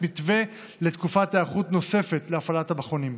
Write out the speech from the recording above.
מתווה לתקופת היערכות נוספת להפעלת המכונים.